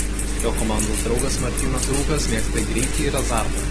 jo komandos draugas martynas rūkas mėgsta greitį ir azartą